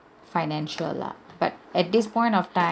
financial lah but at this point of time